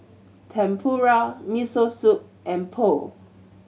Tempura Miso Soup and Pho